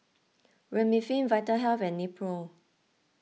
Remifemin Vitahealth and Nepro